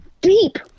deep